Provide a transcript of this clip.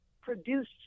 produced